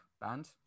band